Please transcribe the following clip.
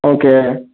okay